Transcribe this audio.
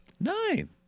Nine